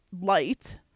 Light